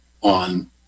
on